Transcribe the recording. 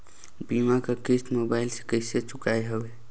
बीमा कर किस्त मोबाइल से कइसे चुकाना हवे